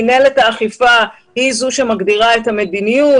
מינהלת האכיפה היא זו שמגדירה את המדיניות,